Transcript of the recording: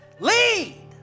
LEAD